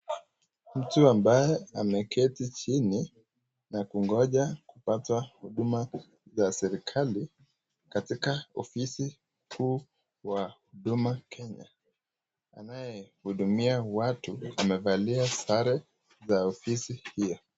Mtu ambaye ameketi chini na kugonja kupatwa huduma za serikali katika ofisi huu wa Huduma Kenya. Anayehudumia watu amevalia sare za ofisi hio.